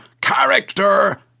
Character